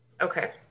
Okay